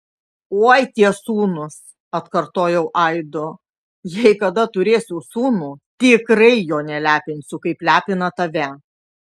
oi tie sūnūs atkartojau aidu jei kada turėsiu sūnų tikrai jo nelepinsiu kaip lepina tave